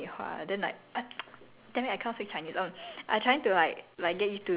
no that's why I like had a conversation with you about earrings I like trying to tell you !whoa! then like